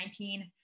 2019